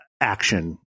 action